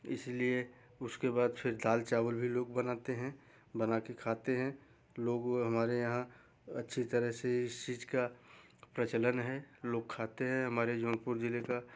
इसलिए उसके बाद फिर दाल चावल भी लोग बनाते हैं बनाके खाते हैं लोग हमारे यहाँ अच्छी तरेह से इस चीज का प्रचलन है लोग खाते हैं हमारे जौनपुर जिले का